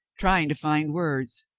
trying to find words.